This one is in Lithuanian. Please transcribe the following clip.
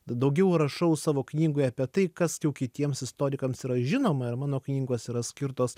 daugiau rašau savo knygoje apie tai kas jau kitiems istorikams yra žinoma ir mano knygos yra skirtos